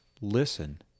listen